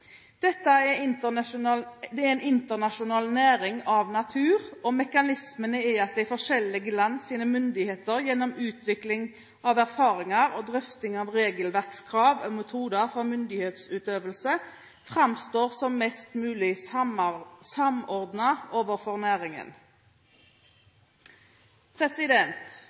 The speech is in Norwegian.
Dette er en internasjonal næring av natur, og mekanismene er at de forskjellige lands myndigheter gjennom utveksling av erfaringer og drøfting av regelverkskrav og metoder for myndighetsutøvelse framstår som mest mulig samordnet overfor næringen.